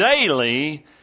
daily